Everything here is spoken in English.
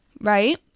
right